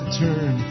turn